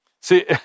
See